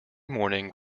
morning